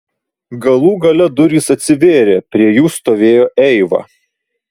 galų gale durys atsivėrė prie jų stovėjo eiva